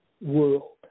world